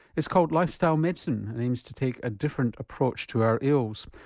it's called lifestyle medicine and aims to take a different approach to our ills.